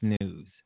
News